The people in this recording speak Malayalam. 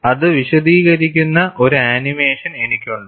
അത് വിശദീകരിക്കുന്ന ഒരു ആനിമേഷൻ എനിക്കുണ്ട്